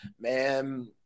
man